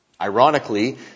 Ironically